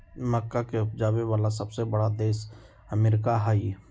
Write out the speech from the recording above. मक्का के उपजावे वाला सबसे बड़ा देश अमेरिका हई